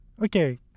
Okay